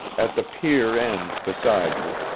at the pier end beside her,